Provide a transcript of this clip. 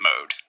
mode